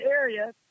area